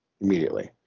immediately